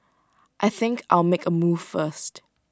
I think I'll make A move first